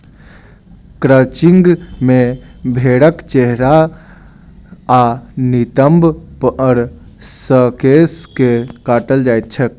crutching मे भेंड़क चेहरा आ नितंब पर सॅ केश के काटल जाइत छैक